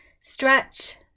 stretch